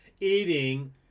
eating